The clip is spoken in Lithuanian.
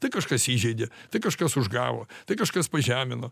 tai kažkas įžeidė tai kažkas užgavo tai kažkas pažemino